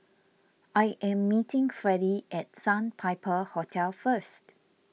I am meeting Fredy at Sandpiper Hotel first